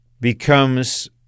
becomes